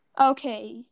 Okay